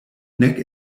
nek